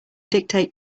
dictate